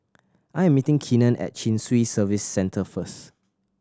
I am meeting Keenen at Chin Swee Service Centre first